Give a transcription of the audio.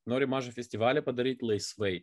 nori mažą festivalį padaryti laisvai